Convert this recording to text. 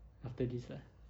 after this lah